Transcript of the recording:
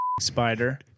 spider